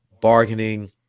bargaining